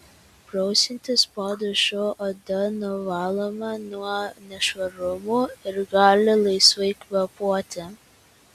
prausiantis po dušu oda nuvaloma nuo nešvarumų ir gali laisvai kvėpuoti